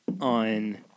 on